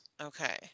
Okay